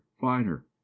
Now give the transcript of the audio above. finer